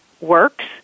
works